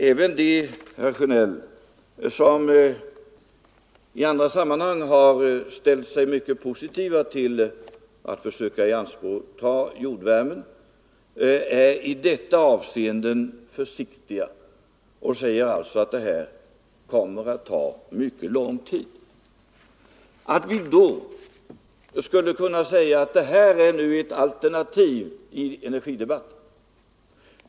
Även 45 de, herr Sjönell, som i andra sammanhang har ställt sig mycket positiva till att försöka ianspråkta jordvärmen är i detta avseende försiktiga och säger att det här kommer att ta mycket lång tid. Kan vi då säga att vi här har ett alternativ i energidebatten?